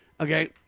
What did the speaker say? Okay